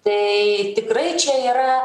tai tikrai čia yra